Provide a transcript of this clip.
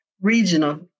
regional